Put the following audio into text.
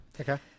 Okay